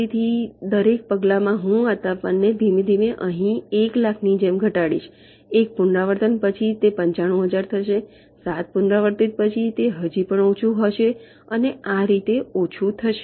તેથી દરેક પગલામાં હું આ તાપમાનને ધીમે ધીમે અહીં 100000 ની જેમ ઘટાડશે એક પુનરાવર્તન પછી તે 95000 હશે 7 પુનરાવૃત્તિ પછી તે હજી પણ ઓછું હશે અને આ રીતે ઓછું થશે